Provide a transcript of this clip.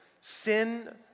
sin